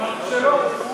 לא אמרתי שלא.